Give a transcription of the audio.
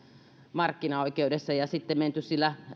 markkinaoikeudessa ja sitten menty sillä